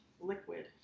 liquid